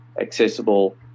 accessible